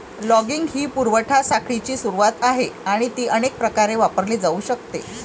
logging ही पुरवठा साखळीची सुरुवात आहे आणि ती अनेक प्रकारे वापरली जाऊ शकते